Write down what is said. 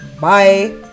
Bye